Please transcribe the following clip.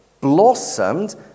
blossomed